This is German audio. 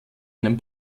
einem